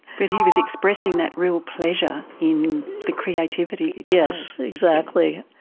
but he was expressing that real pleasure in the creativity. yes, exactly.